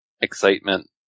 excitement